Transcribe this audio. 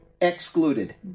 Excluded